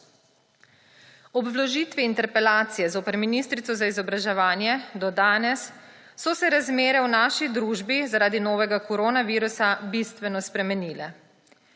Ob vložitvi interpelacije zoper ministrico za izobraževanje so se do danes razmere v naši družbi zaradi novega koronavirusa bistveno spremenile.